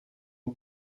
een